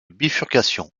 bifurcation